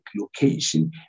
location